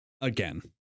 again